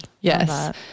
Yes